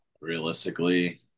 realistically